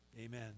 Amen